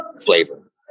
flavor